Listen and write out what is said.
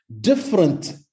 Different